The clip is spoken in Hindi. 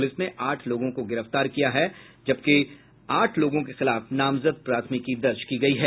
पुलिस ने आठ लोगों को गिरफ्तार किया है जबकि आठ लोगों के खिलाफ नामजद प्राथमिकी दर्ज की गयी है